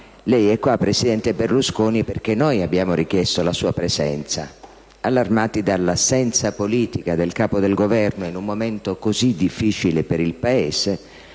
lei è qua, presidente Berlusconi, perché noi abbiamo richiesto la sua presenza, allarmati dall'assenza politica del Capo del Governo in un momento così difficile per il Paese